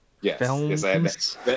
Yes